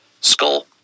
skull